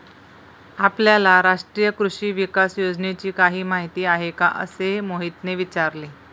आपल्याला राष्ट्रीय कृषी विकास योजनेची काही माहिती आहे का असे मोहितने विचारले?